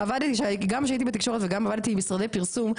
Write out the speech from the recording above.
גם כשהייתי בתקשורת וגם עבדתי עם משרדי פרסום,